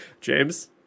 James